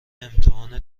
امتحان